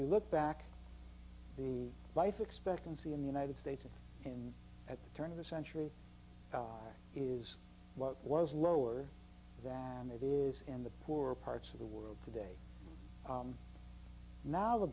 you look back the life expectancy in the united states and at the turn of the century is what it was lower than it is in the poorer parts of the world today now the